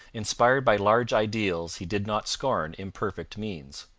inspired by large ideals, he did not scorn imperfect means.